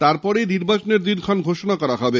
তারপরেই নির্বাচনের দিনক্ষণ ঘোষণা করা হবে